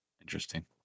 Interesting